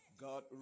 God